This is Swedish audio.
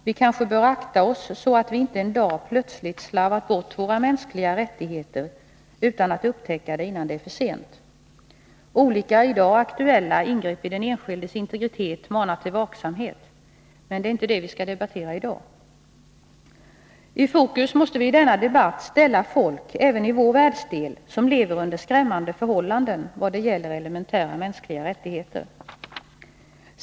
Vi kanske bör akta oss, så att vi inte en dag plötsligt slarvat bort våra mänskliga rättigheter utan att upptäcka det innan det var för sent. Olika i dag aktuella ingrepp i den enskildes integritet manar till vaksamhet — men det är inte det vi skall debattera i dag. I fokus måste vi i denna debatt ställa folk, även i vår världsdel, som lever under skrämmande förhållanden vad gäller elementära mänskliga rättigheter.